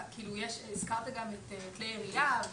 הזכרת גם את כלי ירייה.